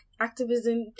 activism